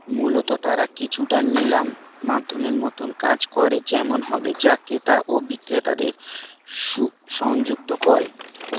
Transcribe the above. মূলত তারা কিছুটা নীলাম মাধ্যমের মতন কাজ করে যেমন হবে যা ক্রেতা ও বিক্রেতাদের সু সংযুক্ত করে